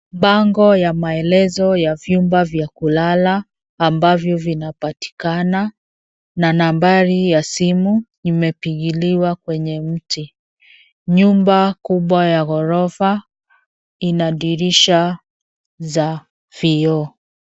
Bango ya maelezo ya vyumba vya kulala ambavyo vinapatikana na nambari ya simu imepangiliwa kwenye mti, nyumba kubwa ya ghorofa ina dirisha za vyoo.